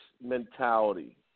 mentality